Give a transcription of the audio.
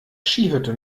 skihütte